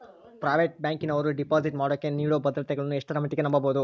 Private ಬ್ಯಾಂಕಿನವರು deposit ಮಾಡೋಕೆ ನೇಡೋ ಭದ್ರತೆಗಳನ್ನು ಎಷ್ಟರ ಮಟ್ಟಿಗೆ ನಂಬಬಹುದು?